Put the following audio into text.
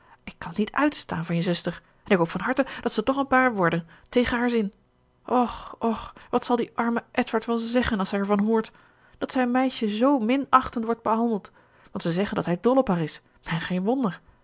ik kan t niet uitstaan van je zuster en ik hoop van harte dat ze toch een paar worden tegen haar zin och och wat zal die arme edward wel zeggen als hij ervan hoort dat zijn meisje zoo minachtend wordt behandeld want ze zeggen dat hij dol op haar is en geen wonder